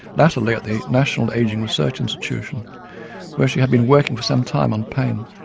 latterly at the national ageing research institution where she had been working for some time on pain.